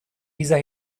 dieser